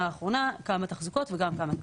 האחרונה היו כמה תחזוקות וגם כמה תקלות.